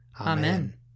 Amen